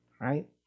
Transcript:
right